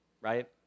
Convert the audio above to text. Right